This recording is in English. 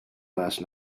last